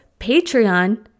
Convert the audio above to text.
Patreon